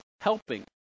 Helping